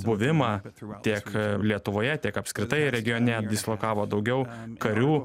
buvimą tiek lietuvoje tiek apskritai regione dislokavo daugiau karių